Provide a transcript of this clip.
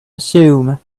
assume